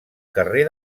carrer